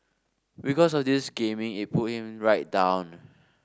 because of this gaming it pulled him right down